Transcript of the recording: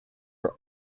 are